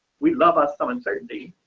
we'd love us so uncertainty.